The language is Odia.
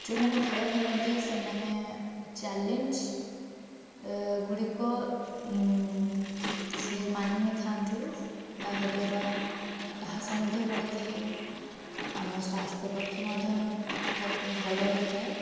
ଯେଉଁମାନେ ଖେଳ ଖେଳନ୍ତି ସେଇମାନେ ଚ୍ୟାଲେଞ୍ଜ ଏ ଗୁଡ଼ିକ ସିଏ ମାନି ନେଇଥାନ୍ତି ତାହାଦ୍ଵାରା ସାହସ ମଧ୍ୟ ବଢ଼ିଥାଏ ଆମ ସ୍ଵାସ୍ଥ୍ୟ ପକ୍ଷେ ମଧ୍ୟ ଏଟା ଖୁବ୍ ଭଲ ହୋଇଥାଏ